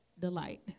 delight